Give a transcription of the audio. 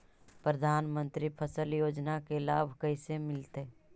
प्रधानमंत्री फसल योजना के लाभ कैसे मिलतै?